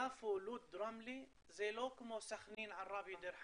יפו, לוד, רמלה, זה לא כמו סכנין, עראבה, דיר חנא.